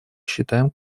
считаем